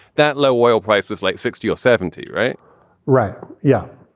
that low oil prices like sixty or seventy. right right. yeah.